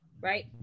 right